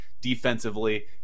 defensively